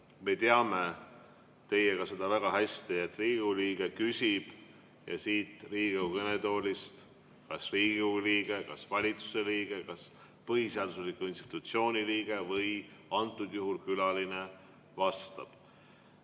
Me teame teiega seda väga hästi, et Riigikogu liige küsib ja siit Riigikogu kõnetoolist kas Riigikogu liige, valitsuse liige, põhiseadusliku institutsiooni liige või antud juhul külaline vastab.